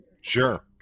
Sure